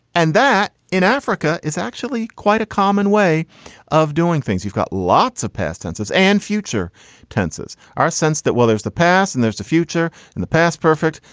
and that in africa is actually quite a common way of doing things. you've got lots of past tenses and future tenses. our sense that, well, there's the past and there's a future and the past. perfect.